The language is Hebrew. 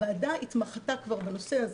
הוועדה התמחתה כבר בנושא הזה.